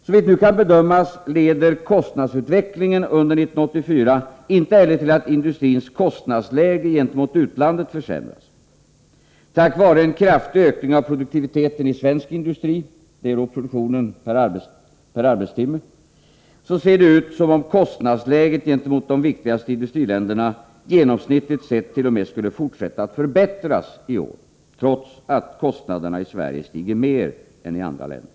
Såvitt nu kan bedömas leder kostnadsutvecklingen under 1984 inte heller till att industrins kostnadsläge gentemot utlandet försämras. Tack vare en kraftig ökning av produktiviteten i svensk industri — det gäller då produktio nen per arbetstimme — ser det ut som om kostnadsläget gentemot de viktigaste industriländerna genomsnittligt sett t.o.m. skulle fortsätta att förbättras i år, trots att kostnaderna i Sverige stiger mer än i andra länder.